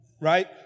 right